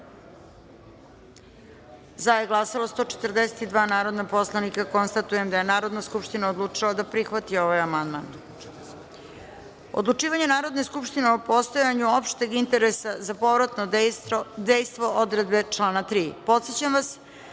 za – 142 narodna poslanika. Konstatujem da je Narodna skupština odlučila da prihvati ovaj amandman. Odlučivanje Narodne skupštine o postojanju opšteg interesa za povratno dejstvo odredbe člana 3.Podsećam vas